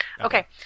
Okay